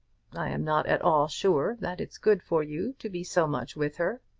i am not at all sure that it's good for you to be so much with her.